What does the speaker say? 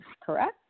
correct